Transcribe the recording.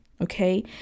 Okay